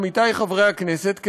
עמיתי חברי הכנסת,